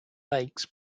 lakes